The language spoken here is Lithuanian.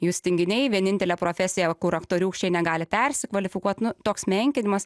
jūs tinginiai vienintelė profesija kur aktoriūkščiai negali persikvalifikuot nu toks menkinimas